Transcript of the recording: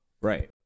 Right